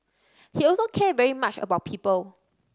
he also cared very much about people